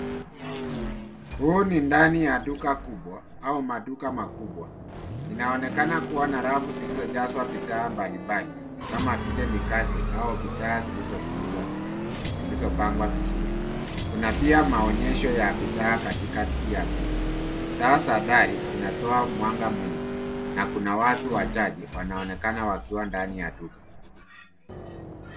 Huu ni ndani ya duka kubwa au maduka makubwa. Inaonekana kuwa na rafu zilizojazwa bidhaa mbalimbali kama vile mikate au bidhaa zilizopangwa vizuri, kuna pia maonyesho ya bidhaa katikati ya duka. Taa za dari zinatoa mwanga mwingi na kuna watu wachache wanaonekana wakiwa ndani ya duka.